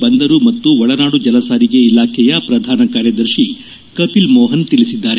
ಬಂದರು ಮತ್ತು ಒಳನಾಡು ಜಲಸಾರಿಗೆ ಇಲಾಖೆಯ ಪ್ರಧಾನ ಕಾರ್ಯದರ್ತಿ ಕಪಿಲ್ ಮೋಹನ್ ತಿಳಿಸಿದ್ದಾರೆ